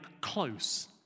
close